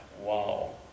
Wow